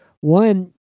One